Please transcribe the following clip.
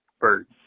bird